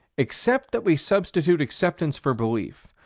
except that we substitute acceptance for belief,